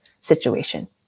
situation